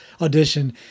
audition